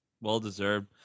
Well-deserved